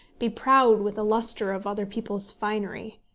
be proud with the lustre of other people's finery.